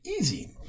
easy